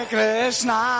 Krishna